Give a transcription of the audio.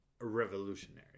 revolutionary